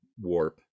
warp